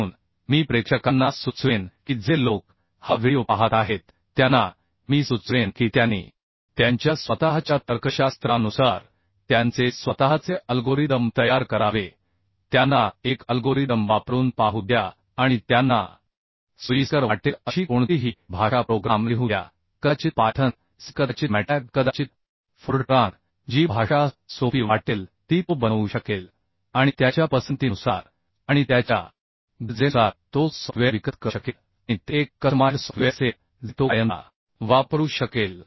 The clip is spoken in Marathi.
म्हणून मी प्रेक्षकांना सुचवेन की जे लोक हा व्हिडिओ पाहत आहेत त्यांना मी सुचवेन की त्यांनी त्यांच्या स्वतःच्या तर्कशास्त्रानुसार त्यांचे स्वतःचे अल्गोरिदम तयार करावे त्यांना एक अल्गोरिदम वापरून पाहू द्या आणि त्यांना सोयीस्कर वाटेल अशी कोणतीही भाषा प्रोग्राम लिहू द्या कदाचित पायथन C कदाचित मॅटलॅब कदाचित फोरट्रान जी भाषा सोपी वाटेल ती तो बनवू शकेल आणि त्याच्या पसंतीनुसार आणि त्याच्यागरजेनुसार तो सॉफ्टवेअर विकसित करू शकेल आणि ते एक कस्टमाइज्ड सॉफ्टवेअर असेल जे तो कायमचा वापरू शकेल